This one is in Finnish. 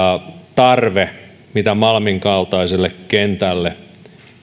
tarve mitä malmin kaltaiselle kentälle